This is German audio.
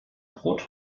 brot